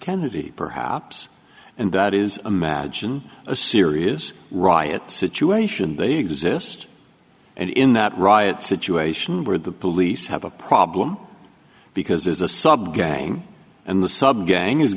kennedy perhaps and that is imagine a serious riot situation they exist and in that riot situation where the police have a problem because there's a sub gang and the sub gang is